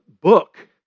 book